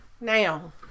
now